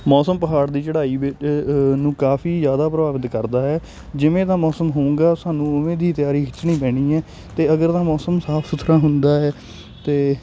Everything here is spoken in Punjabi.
ਮੌਸਮ ਪਹਾੜ ਦੀ ਚੜ੍ਹਾਈ ਵਿੱ ਨੂੰ ਕਾਫ਼ੀ ਜਿਆਦਾ ਪ੍ਰਭਾਵਿਤ ਕਰਦਾ ਹੈ ਜਿਵੇਂ ਦਾ ਮੌਸਮ ਹੋਊਂਗਾ ਸਾਨੂੰ ਉਵੇਂ ਦੀ ਤਿਆਰੀ ਖਿੱਚਣੀ ਪੈਣੀ ਹੈ ਅਤੇ ਅਗਰ ਤਾਂ ਮੌਸਮ ਸਾਫ਼ ਸੁਥਰਾ ਹੁੰਦਾ ਹੈ ਤੇ